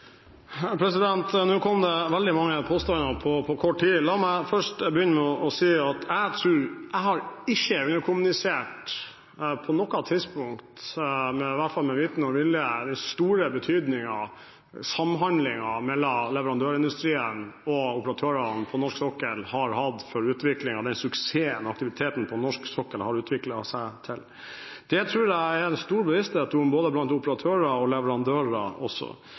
Nå kom det veldig mange påstander på kort tid. La meg begynne med å si at jeg tror ikke jeg på noe tidspunkt har underkommunisert, i hvert fall ikke med vitende og vilje, den store betydningen samhandlingen mellom leverandørindustrien og operatørene på norsk sokkel har hatt for den suksessen aktiviteten på norsk sokkel har utviklet seg til. Det tror jeg det er en stor bevissthet om blant både operatører og leverandører også.